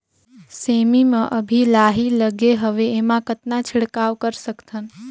सेमी म अभी लाही लगे हवे एमा कतना छिड़काव कर सकथन?